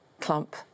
clump